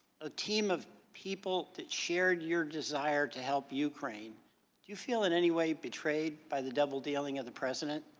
a team of people that shared your desire to help ukraine, do you feel in any way betrayed by the doubledealing of the president?